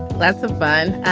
lots of fun.